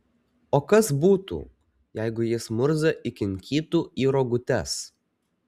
o kas būtų jeigu jis murzą įkinkytų į rogutes